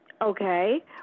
Okay